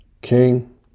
king